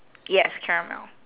yes caramel